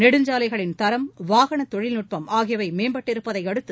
நெடுஞ்சாலைகளின் தரம் வாகனத் தொழில்நுட்பம் ஆகியவை மேம்பட்டிருப்பதை அடுத்து